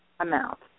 amount